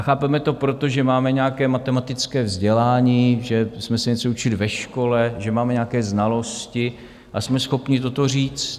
Chápeme to proto, že máme nějaké matematické vzdělání, že jsme se něco učili ve škole, že máme nějaké znalosti a jsme schopni toto říct.